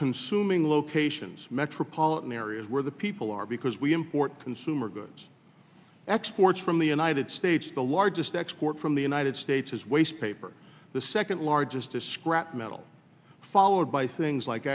consuming locations metropolitan areas where the people are because we import consumer goods exports from the united states the largest export from the united states's waste paper the second largest to scrap metal followed by things like